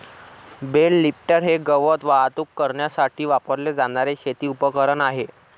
bell lifter हे गवत वाहतूक करण्यासाठी वापरले जाणारे शेती उपकरण आहे